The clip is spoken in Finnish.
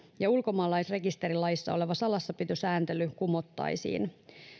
ja ulkomaalaisrekisterilaissa oleva salassapitosääntely kumottaisiin